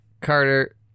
Carter